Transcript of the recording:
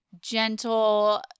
gentle